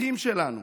אחים שלנו,